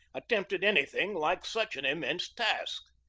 attempted anything like such an immense task.